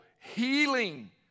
healing